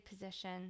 position